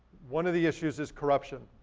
one of the issues is corruption.